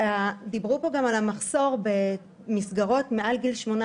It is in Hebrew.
דיברו פה גם על המחסור במסגרות מעל גיל 18: